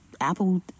Apple